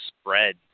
spread